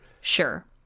Sure